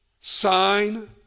sign